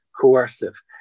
coercive